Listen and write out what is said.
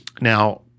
Now